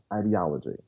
ideology